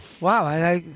wow